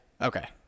Okay